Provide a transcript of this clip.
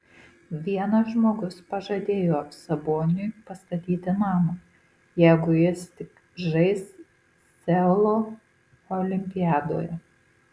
vienas žmogus pažadėjo saboniui pastatyti namą jeigu jis tik žais seulo olimpiadoje